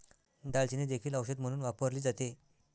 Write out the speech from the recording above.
दालचिनी देखील औषध म्हणून वापरली जाते